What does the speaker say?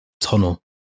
tunnel